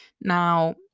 Now